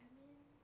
I mean